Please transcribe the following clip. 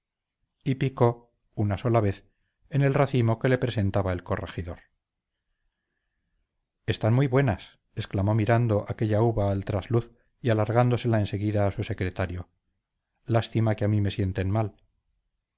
picó una sola vez en el racimo que le presentaba el corregidor están muy buenas exclamó mirando aquella uva al trasluz y alargándosela en seguida a su secretario lástima que a mí me sienten mal